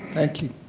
thank you.